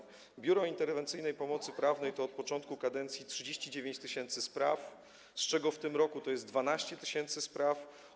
Zakres działalności Biura Interwencyjnej Pomocy Prawnej to od początku kadencji 39 tys. spraw, z czego w tym roku to jest 12 tys. spraw.